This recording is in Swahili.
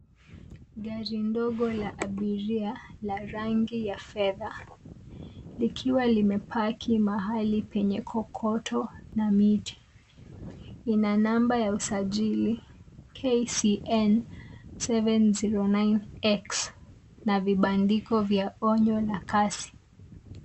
Gari ndogo la abiria la rangi ya fedha kikiwa limepaki mahali penye kokoto na miti. Inanamba ya usajili KCN 709 X na vibandiko vya onyo na kasi.